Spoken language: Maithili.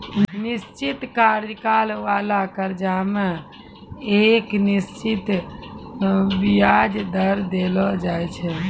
निश्चित कार्यकाल बाला कर्जा मे एक निश्चित बियाज दर देलो जाय छै